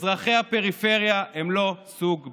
אזרחי הפריפריה הם לא סוג ב'.